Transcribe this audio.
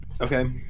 Okay